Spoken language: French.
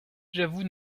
j’avoue